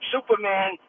Superman